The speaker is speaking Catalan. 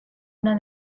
una